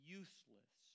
useless